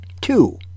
Two